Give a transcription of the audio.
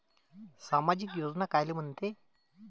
सामाजिक योजना कायले म्हंते?